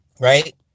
Right